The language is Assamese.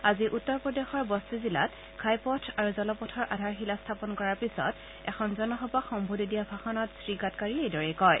আজি উত্তৰ প্ৰদেশৰ বস্তি জিলাত ঘাইপথ আৰু জলপথৰ আধাৰশিলা স্থাপন কৰাৰ পিছত এখন জনসভাত সম্বোধী দিয়া ভাষণত শ্ৰীগাডকাৰীয়ে এইদৰে কয়